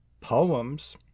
poems